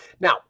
Now